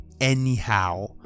anyhow